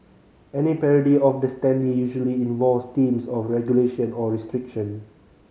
any parody of the standee usually involves themes of regulation or restriction